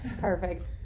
Perfect